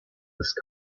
ist